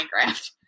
Minecraft